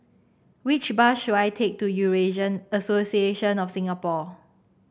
which bus should I take to Eurasian Association of Singapore